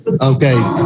Okay